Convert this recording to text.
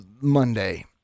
Monday